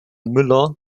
müller